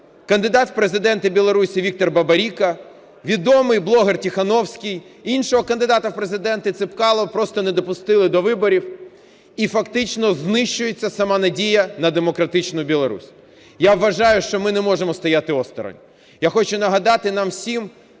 кандидат в Президенти Білорусії Віктор Бабарико, відомий блогер Тихановський, іншого кандидата в президенти Цепкало просто не допустили до виборів і фактично знищується сама надія на демократичну Білорусь. Я вважаю, що ми не можемо стояти осторонь. Я хочу нагадати нам всім